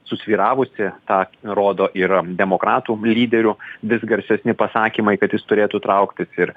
susvyravusi tą rodo ir demokratų lyderių vis garsesni pasakymai kad jis turėtų trauktis ir